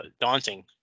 daunting